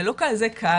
זה לא כזה קל.